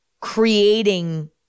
creating